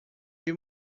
foi